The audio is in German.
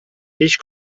ich